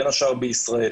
בין השאר בישראל.